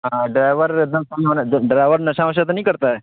ہاں ڈرائیور ایک دم ڈرائیور نشہ وشہ تو نہیں کرتا ہے